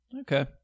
okay